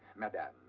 madame.